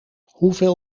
hoeveel